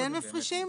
כן מפרישים?